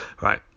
Right